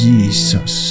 Jesus